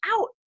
out